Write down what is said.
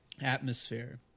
atmosphere